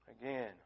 Again